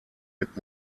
mit